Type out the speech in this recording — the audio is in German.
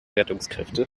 rettungskräfte